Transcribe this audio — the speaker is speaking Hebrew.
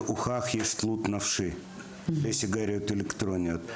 הוכח שיש תלות נפשית לסיגריות אלקטרוניות.